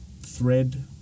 thread